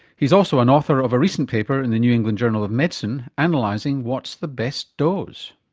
he's also an author of a recent paper in the new england journal of medicine analysing what's the best dose.